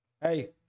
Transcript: Hey